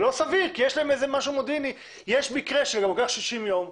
זה לא סביר שאם יש להם מקרה מודיעיני - לוקח 60 ימים.